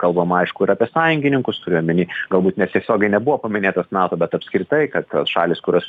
kalbama aišku ir apie sąjungininkus turiu omeny galbūt nes tiesiogiai nebuvo paminėtos nato bet apskritai kad tos šalys kurios